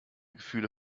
gefühle